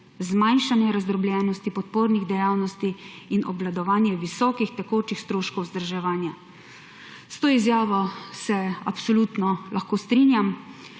zmanjšanje razdrobljenosti podpornih dejavnosti in obvladovanje visokih tekočih stroškov vzdrževanja.« S to izjavo se absolutno lahko strinjam,